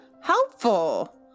helpful